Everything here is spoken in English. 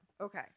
Okay